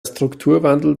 strukturwandel